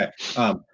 okay